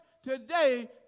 Today